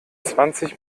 zwanzig